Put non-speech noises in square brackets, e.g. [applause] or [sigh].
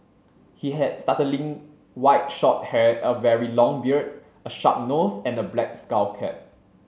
he had [unintelligible] white short hair a very long beard a sharp nose and a black skull cap